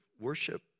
worship